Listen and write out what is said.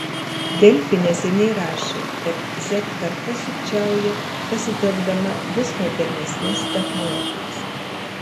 delfi neseniai rašė kad z karta sukčiauja pasitelkdama vis modernesnes technologijas